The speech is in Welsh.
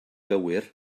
gywir